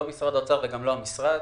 לא משרד האוצר וגם לא המשרד.